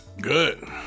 good